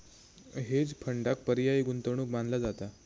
hedge फंडांक पर्यायी गुंतवणूक मानला जाता